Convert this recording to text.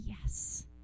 yes